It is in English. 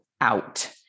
out